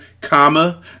comma